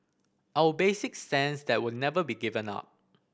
our basic stance that will never be given up